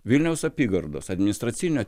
vilniaus apygardos administracinio